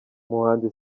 umuhanzi